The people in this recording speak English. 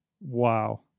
wow